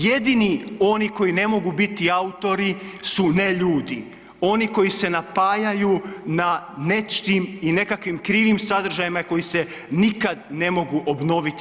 Jedini oni koji ne mogu biti autori su neljudi, oni koji se napajaju na nečim i nekakvim krivim sadržajima koji se nikad ne mogu obnoviti.